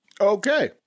Okay